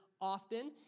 often